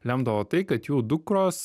lemdavo tai kad jų dukros